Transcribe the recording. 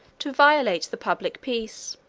to violate the public peace.